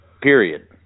period